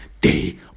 day